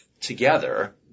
together